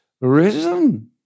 risen